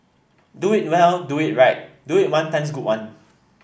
do it well do it right do it one times good one